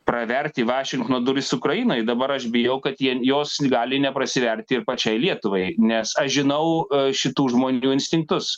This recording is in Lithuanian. praverti vašingtono duris ukrainai dabar aš bijau kad jie jos gali neprasiverti ir pačiai lietuvai nes aš žinau šitų žmonių instinktus